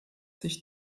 sich